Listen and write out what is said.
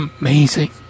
amazing